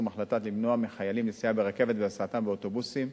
ההחלטה למנוע מחיילים נסיעה ברכבת ולהסיעם באוטובוסים,